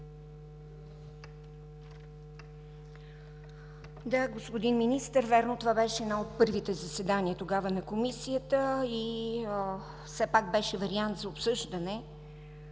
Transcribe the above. Да, господин Министър, вярно това беше едно от първите заседания тогава на Комисията и все пак беше вариант за обсъждане